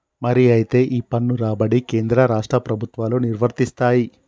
మరి అయితే ఈ పన్ను రాబడి కేంద్ర రాష్ట్ర ప్రభుత్వాలు నిర్వరిస్తాయి